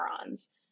neurons